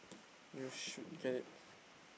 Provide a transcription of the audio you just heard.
you should get it